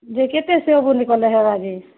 ଯେ କେତେ ସେଓ ବୁନ୍ଦି କଲେ ହେବା ଯେ